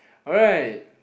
right